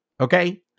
okay